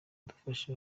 gufasha